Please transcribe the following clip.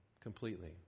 completely